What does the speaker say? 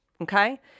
okay